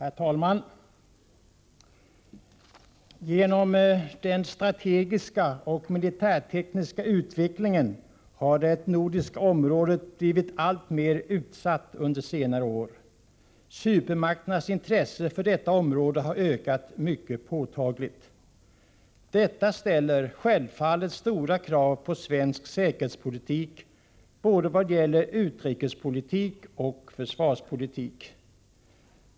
Herr talman! Genom den strategiska och militärtekniska utvecklingen har det nordiska området blivit alltmer utsatt under senare år. Supermakternas intresse för detta område har ökat mycket påtagligt. Detta ställer självfallet stora krav på svensk säkerhetspolitik — både vad gäller utrikespolitik och i fråga om försvarspolitik.